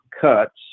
cuts